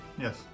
Yes